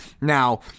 Now